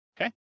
okay